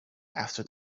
after